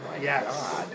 Yes